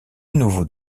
nouveau